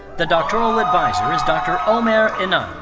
the doctoral adviser is dr. omer inan.